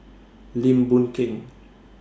Lim Boon Keng